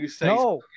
No